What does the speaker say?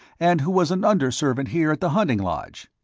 and who was an underservant here at the hunting lodge.